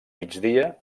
migdia